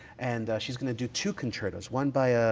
and she's going to do two concertos, one by